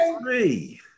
three